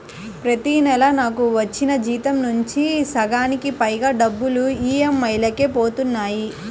ప్రతి నెలా నాకు వచ్చిన జీతం నుంచి సగానికి పైగా డబ్బులు ఈఎంఐలకే పోతన్నాయి